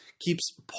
keeps